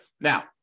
Now